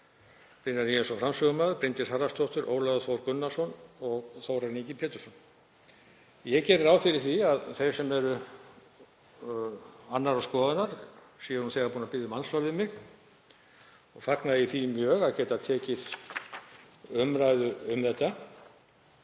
Brynjar Níelsson framsögumaður, Bryndís Haraldsdóttir, Ólafur Þór Gunnarsson og Þórarinn Ingi Pétursson. Ég geri ráð fyrir því að þeir sem eru annarrar skoðunar séu nú þegar búnir að biðja um andsvar við mig og fagna ég því mjög að geta tekið umræðu um þetta.